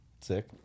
Sick